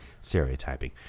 stereotyping